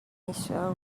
missouri